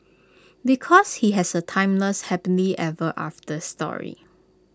because he has A timeless happily ever after story